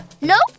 Nope